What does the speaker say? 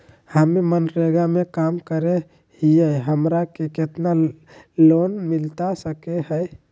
हमे मनरेगा में काम करे हियई, हमरा के कितना लोन मिलता सके हई?